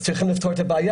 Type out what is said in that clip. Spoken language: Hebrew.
שצריך לפתור אותה.